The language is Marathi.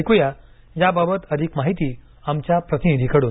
ऐक्या याबाबत अधिक माहिती आमच्या प्रतिनिधीकडून